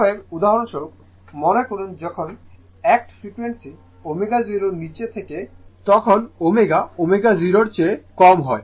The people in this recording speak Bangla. অতএব উদাহরণস্বরূপ মনে করুন যখন অ্যাক্ট ফ্রিকোয়েন্সি ω0 নীচে থাকে তখন ω ω0 চেয়ে কম হয়